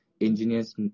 engineers